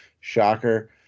Shocker